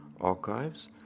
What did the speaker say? Archives